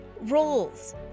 roles